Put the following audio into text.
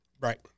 Right